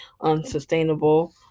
unsustainable